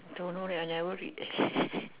don't know leh I never read eh